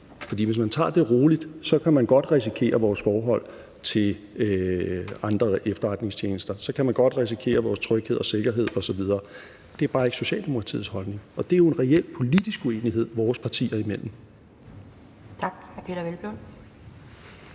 For hvis man tager det roligt, kan man godt risikere vores forhold til andre efterretningstjenester, så kan man godt risikere vores tryghed og sikkerhed osv. Det er bare ikke Socialdemokratiets holdning, og det er jo en reel politisk uenighed vores partier imellem.